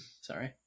Sorry